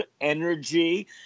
energy